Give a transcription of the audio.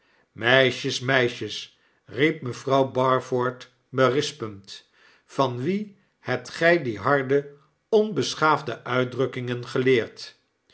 meisjes meisjes riep mevrouw barford berispend van wie hebt gij die harde onbeschaafde uitdrukkingen geleerd